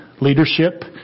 leadership